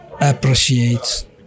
appreciate